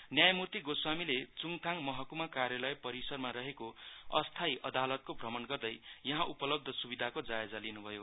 न्यायमूर्ति गोस्वामीले चङथाङ महक्मा कार्यलय परिसरमा रहेको अस्थायी अदालतको भ्रमण गर्दै यहाँ उपलब्ध स्विधाको जायजा लिन् भयो